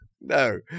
No